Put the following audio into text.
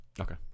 Okay